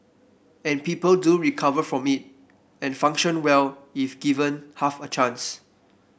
and people do recover from it and function well if given half a chance